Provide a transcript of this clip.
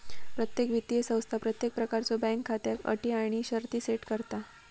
प्रत्येक वित्तीय संस्था प्रत्येक प्रकारच्यो बँक खात्याक अटी आणि शर्ती सेट करता